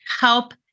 help